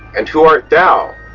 and who art thou.